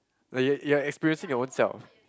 like you you are expressing your own self